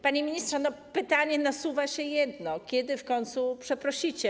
Panie ministrze, pytanie nasuwa się jedno: Kiedy w końcu przeprosicie?